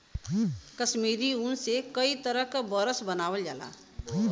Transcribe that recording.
कसमीरी ऊन से कई तरे क बरस बनावल जाला